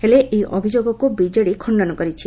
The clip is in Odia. ହେଲେ ଏହି ଅଭିଯୋଗକୁ ବିଜେଡି ଦଳ ଖଣ୍ତନ କରିଛି